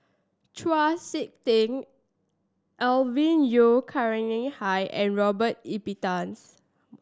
Chau Sik Ting Alvin Yeo Khirn Hai and Robert Ibbetson